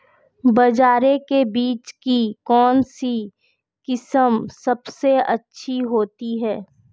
बाजरे के बीज की कौनसी किस्म सबसे अच्छी होती है?